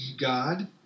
God